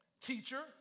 teacher